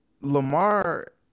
Lamar